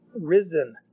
risen